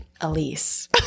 Elise